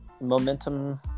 momentum